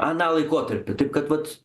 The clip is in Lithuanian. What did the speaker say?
aną laikotarpį taip kad vat